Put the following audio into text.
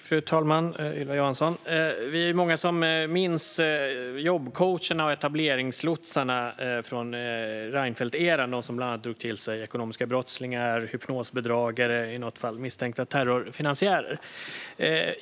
Fru talman! Vi är många, Ylva Johansson, som minns jobbcoacherna och etableringslotsarna från Reinfeldteran som bland annat drog till sig ekonomiska brottslingar, hypnosbedragare och i något fall misstänkta terrorfinansiärer.